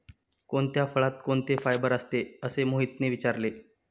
कोणत्या फळात कोणते फायबर असते? असे मोहितने विचारले